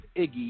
Iggy